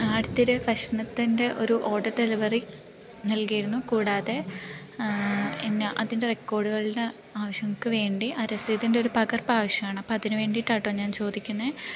ആടത്തൊരു ഭക്ഷ്ണത്തിൻ്റെ ഒരു order delivery നൽകിയിരുന്നു കൂടാതെ എന്നെ അതിൻ്റെ റെക്കോഡുകളിനു ആവശ്യങ്ങൾക്കു വേണ്ടി ആ റസീതിൻറ്റൊരു പകർപ്പാവശ്യമാണ് അപ്പതിനു വേണ്ടിയിട്ടാണ് കേട്ടോ ഞാൻ ചോദിക്കുന്നത്